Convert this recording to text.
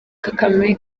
kagame